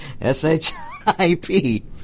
S-H-I-P